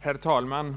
Herr talman!